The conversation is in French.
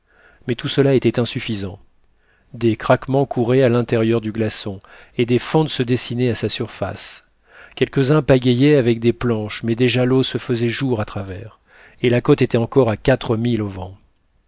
mais tout cela était insuffisant des craquements couraient à l'intérieur du glaçon et des fentes se dessinaient à sa surface quelques-uns pagayaient avec des planches mais déjà l'eau se faisait jour à travers et la côte était encore à quatre milles au vent